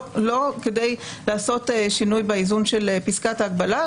לא כדי לעשות שינוי באיזון של פסקת ההגבלה,